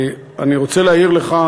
אני רוצה להעיר לך,